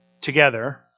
together